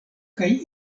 kaj